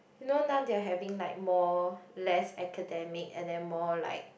you know now they're having like more less academic and then more like